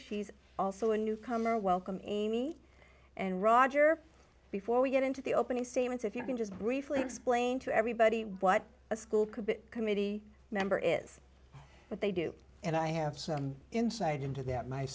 she's also a newcomer welcome amy and roger before we get into the opening statements if you can just briefly explain to everybody what a school could be committee member is what they do and i have some insight into that